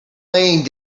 laying